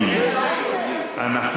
נציין את יום השנה והם לא יהיו כאן?